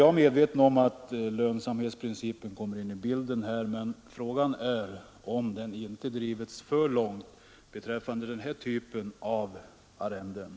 Jag är medveten om att lönsamhetsprincipen kommer in i bilden här, men frågan är om den principen inte drivits för långt beträffande den här typen av arrenden.